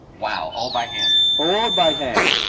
wow, all by hand. all by hand.